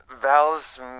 Val's